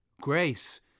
Grace